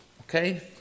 okay